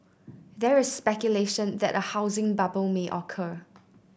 there is speculation that a housing bubble may occur